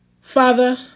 Father